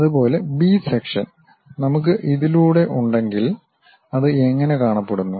അതുപോലെ B section നമുക്ക് ഇതിലൂടെ ഉണ്ടെങ്കിൽ അത് എങ്ങനെ കാണപ്പെടുന്നു